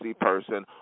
person